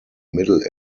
middle